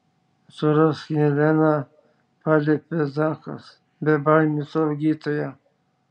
surask heleną paliepia zakas bebaimių slaugytoją